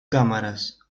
cámaras